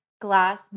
Glass